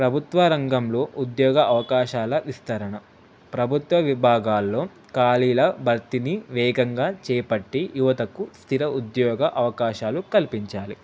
ప్రభుత్వ రంగంలో ఉద్యోగ అవకాశాల విస్తరణ ప్రభుత్వ విభాగాల్లో ఖాళీల భర్తీని వేగంగా చేపట్టి యువతకు స్థిర ఉద్యోగ అవకాశాలు కల్పించాలి